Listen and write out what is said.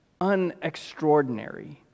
unextraordinary